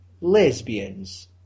lesbians